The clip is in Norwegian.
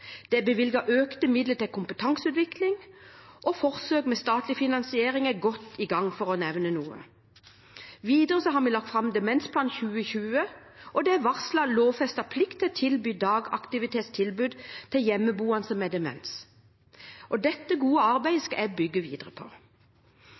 Det er bevilget økte midler til kompetanseutvikling, og forsøk med statlig finansiering er godt i gang, for å nevne noe. Videre har vi lagt fram Demensplan 2020, og det er varslet lovfestet plikt til å tilby dagaktivitetstilbud til hjemmeboende som har demens. Dette gode arbeidet